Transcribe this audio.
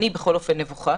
אני, בכל אופן, נבוכה.